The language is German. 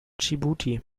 dschibuti